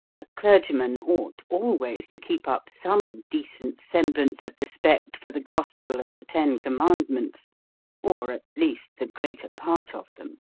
a clergyman ought always to keep up some decent semblance of respect for the gospel and the ten commandments or, at least, the greater part of them.